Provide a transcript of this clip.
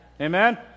amen